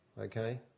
okay